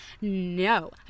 No